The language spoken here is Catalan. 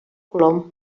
colom